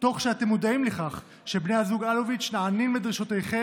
תוך שאתם מודעים לכך שבני הזוג אלוביץ' נענים לדרישותיכם